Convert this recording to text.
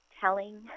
telling